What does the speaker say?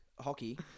hockey